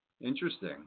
Interesting